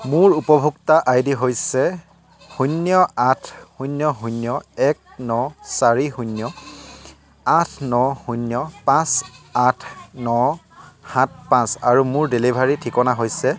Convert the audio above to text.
মোৰ উপভোক্তা I D হৈছে শূন্য আঠ শূন্য শূন্য এক ন চাৰি শূন্য আঠ ন শূন্য পাঁচ আঠ ন সাত পাঁচ আৰু মোৰ ডেলিভাৰী ঠিকনা হৈছে